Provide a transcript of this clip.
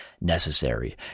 necessary